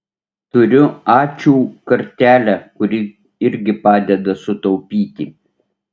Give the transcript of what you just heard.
turiu ačiū kortelę kuri irgi padeda sutaupyti